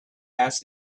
asked